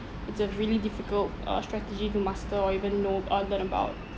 it's a really difficult uh strategy to master or even know or learn about